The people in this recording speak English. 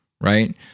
right